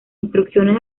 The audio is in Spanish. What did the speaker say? instrucciones